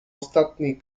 ostatniej